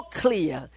clear